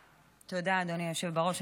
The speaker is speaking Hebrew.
תודה, אדוני היושב בראש.